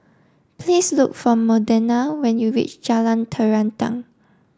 please look for Modena when you reach Jalan Terentang